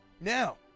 Now